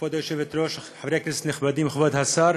כבוד היושבת-ראש, חברי כנסת נכבדים, כבוד השר,